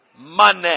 Money